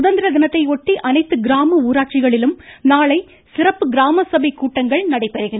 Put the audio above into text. சுதந்திர தினத்தையொட்டி அனைத்து கிராம ஊராட்சிகளிலும் நாளை சிறப்பு கிராமசபைக் கூட்டங்கள் நடைபெறுகின்றன